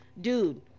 dude